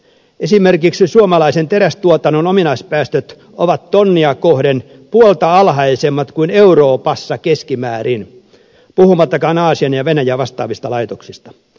esimerkiksi suomalaisen terästuotannon ominaispäästöt ovat tonnia kohden puolta alhaisemmat kuin euroopassa keskimäärin puhumattakaan aasian ja venäjän vastaavista laitoksista